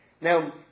Now